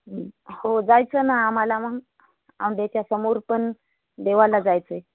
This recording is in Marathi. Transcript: हो जायचं ना आम्हाला मग औंध्याच्या समोर पण देवाला जायचं आहे